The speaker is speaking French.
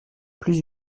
plus